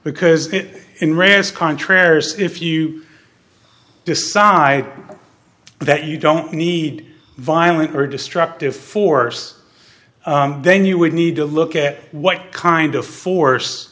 contrarious if you decide that you don't need violent or destructive force then you would need to look at what kind of force